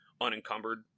unencumbered